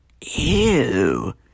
Ew